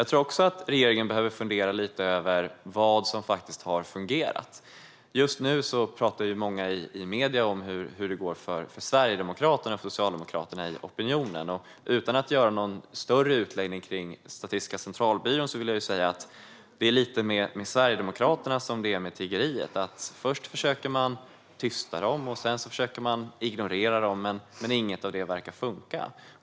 Regeringen behöver också fundera över vad som faktiskt har fungerat. Just nu talar många i medierna om hur det går för Sverigedemokraterna och Socialdemokraterna i opinionen. Utan att göra någon större utläggning om Statistiska centralbyrån är det lite med Sverigedemokraterna som det är med tiggeriet, nämligen att först försöker man tysta dem, sedan försöker man ignorera dem, men inget av det verkar funka.